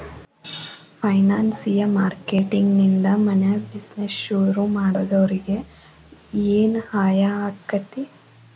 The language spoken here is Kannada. ಫೈನಾನ್ಸಿಯ ಮಾರ್ಕೆಟಿಂಗ್ ನಿಂದಾ ಮನ್ಯಾಗ್ ಬಿಜಿನೆಸ್ ಶುರುಮಾಡ್ದೊರಿಗೆ ಏನ್ಸಹಾಯಾಕ್ಕಾತಿ?